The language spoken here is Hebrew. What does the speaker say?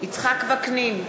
יצחק וקנין,